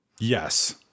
Yes